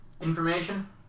information